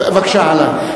בבקשה, הלאה.